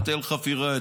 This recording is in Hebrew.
היטל חפירה,